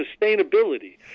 sustainability